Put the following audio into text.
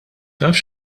taf